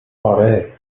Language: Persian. آره